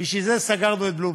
לכן סגרנו את בלומפילד.